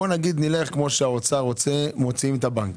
נאמר כפי שהאוצר רוצה - מוציאים את הבנקים.